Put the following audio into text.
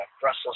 Brussels